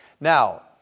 Now